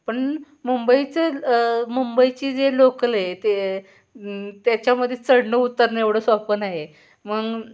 पण मुंबईचं मुंबईची जे लोकल आहे ते त्याच्यामध्ये चढणं उतरणं एवढं सोपं नाही आहे मग